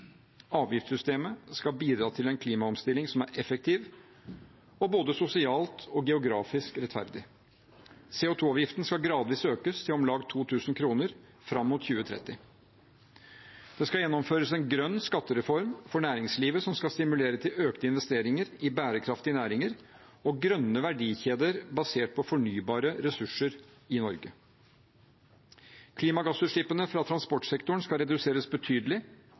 Avgiftssystemet skal bidra til en klimaomstilling som er effektiv og både sosialt og geografisk rettferdig. CO 2 -avgiften skal gradvis økes til om lag 2 000 kroner fram mot 2030. Det skal gjennomføres en grønn skattereform for næringslivet som skal stimulere til økte investeringer i bærekraftige næringer og grønne verdikjeder basert på fornybare ressurser i Norge. Klimagassutslippene fra transportsektoren skal reduseres betydelig,